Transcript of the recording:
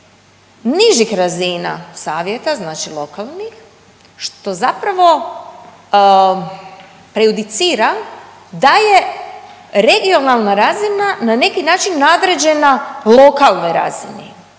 nižih razina savjeta, znači lokalnih što zapravo prejudicira da je regionalna razina na neki način nadređena lokalnoj razini